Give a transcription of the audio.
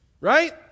Right